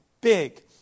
big